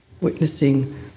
Witnessing